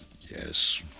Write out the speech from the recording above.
yes